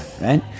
right